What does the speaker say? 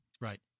Right